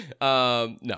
No